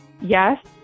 Yes